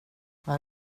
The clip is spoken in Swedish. vad